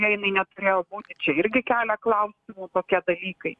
jinai neturėjo būti čia irgi kelia klausimų kokie dalykai